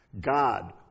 God